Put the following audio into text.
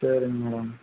சரிங்க மேடம்